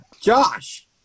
Josh